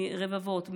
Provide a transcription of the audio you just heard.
מרבבות,